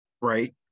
right